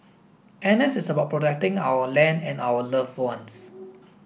N S is about protecting our land and our loved ones